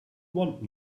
want